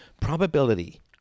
Probability